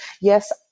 Yes